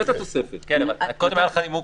כן, אבל קודם היה לך נימוק